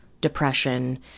depression